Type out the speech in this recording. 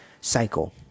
cycle